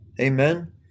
Amen